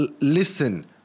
listen